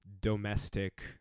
domestic